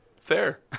fair